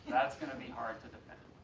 that's going to be hard to defend.